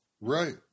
Right